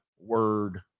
word